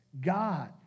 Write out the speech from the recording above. God